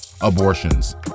abortions